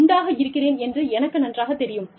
குண்டாக இருக்கிறேன் என்று எனக்கு நன்றாகத் தெரியும்